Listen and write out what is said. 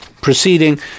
proceeding